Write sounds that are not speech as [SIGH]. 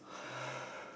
[BREATH]